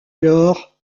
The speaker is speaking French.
alors